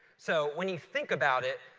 so when you think about it,